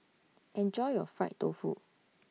Enjoy your Fried Tofu